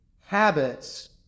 habits